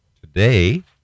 today